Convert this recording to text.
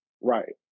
right